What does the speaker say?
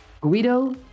Guido